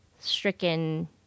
stricken